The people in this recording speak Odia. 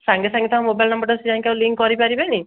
ସାଙ୍ଗେ ସାଙ୍ଗେ ତାଙ୍କ ମୋବାଇଲ୍ ନମ୍ବର୍ଟା ସେ ଯାଇକି ଆଉ ଲିଙ୍କ୍ କରିପାରିବେନି